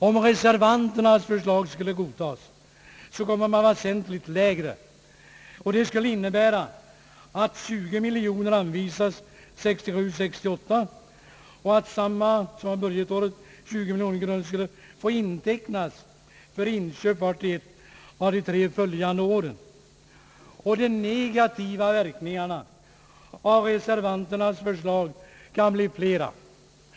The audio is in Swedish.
Om reservanternas förslag godtas, kommer man väsentligt lägre, och det skulle innebära att 20 miljoner kronor anvisas år 1967/68 och att samma belopp, 20 miljoner kronor, skulle få intecknas för inköp under vart och ett av de tre följande åren. De negativa verkningarna av reservanternas förslag kan bli flera.